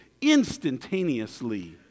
instantaneously